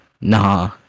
nah